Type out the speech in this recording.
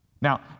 Now